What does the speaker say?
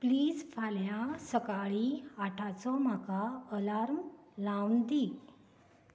please फाल्यां सकाळीं आठांचो म्हाका अलार्म लावन दी